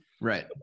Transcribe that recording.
Right